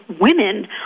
women